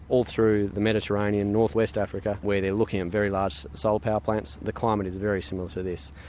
all through the mediterranean, northwest africa, where they're looking at very large solar power plants, the climate is very similar to this.